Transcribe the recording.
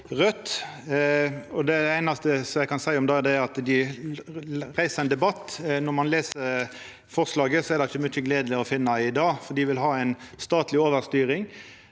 Raudt. Det einaste eg kan seia om det, er at dei reiser ein debatt. Når ein les forslaget, er det ikkje mykje gledeleg å finna i det, for dei vil ha statleg overstyring.